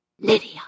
Lydia